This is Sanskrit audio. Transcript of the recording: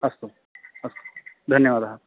अस्तु अस्तु धन्यवादः